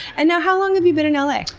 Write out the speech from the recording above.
and how long have you been in l a?